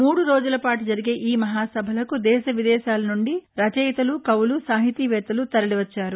మూడురోజులపాటు జరిగే ఈ మహాసభలకు దేశవిదేశాల నుంచి రచయితలు కవులు సాహితీవేత్తలు తరలివచ్చారు